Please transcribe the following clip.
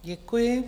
Děkuji.